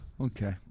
Okay